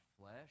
flesh